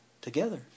together